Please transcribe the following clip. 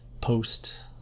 post